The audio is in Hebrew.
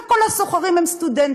לא כל השוכרים הם סטודנטים,